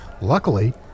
Luckily